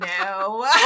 no